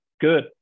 good